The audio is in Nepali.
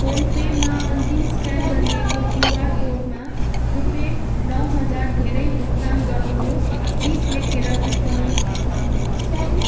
फोन पेमा अन्तिम स्क्यान गरिएको क्युआर कोडमा रुपियाँ नौ हजार धेरै भुक्तान गर्नुहोस् टिप लेखेर टिप्पणी थप्नुहोस्